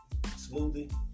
Smoothie